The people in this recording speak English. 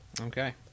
Okay